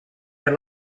per